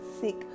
sick